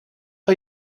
are